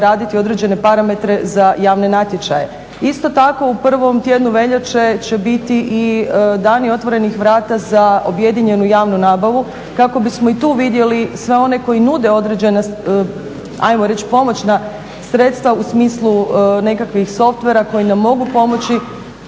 raditi određene parametre za javne natječaje. Isto tako u prvom tjednu veljače će biti i dani otvorenih vrata za objedinjenu javnu nabavu kako bi smo i tu vidjeli sve one koji nude određena ajmo reći pomoćna sredstva u smislu nekakvih softvera koji nam mogu pomoći